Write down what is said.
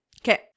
Okay